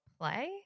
play